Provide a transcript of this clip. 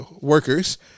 workers